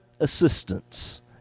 assistance